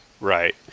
right